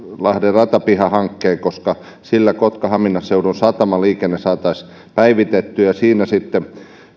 ratapihahankkeen koska sillä kotka hamina seudun satamaliikenne saataisiin päivitettyä siinä sitten